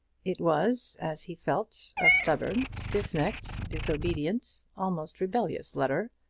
it was, as he felt, a stubborn, stiff-necked, disobedient, almost rebellious letter.